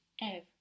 Ev